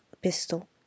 pistol